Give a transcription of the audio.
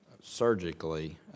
surgically